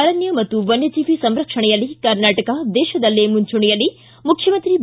ಅರಣ್ಯ ಮತ್ತು ವನ್ನಜೀವಿ ಸಂರಕ್ಷಣೆಯಲ್ಲಿ ಕರ್ನಾಟಕ ದೇಶದಲ್ಲೇ ಮುಂಚೂಣಿಯಲ್ಲಿ ಮುಖ್ಯಮಂತ್ರಿ ಬಿ